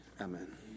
amen